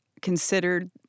considered